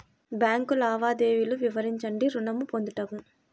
Bank లావాదేవీలు వివరించండి ఋణము పొందుటకు?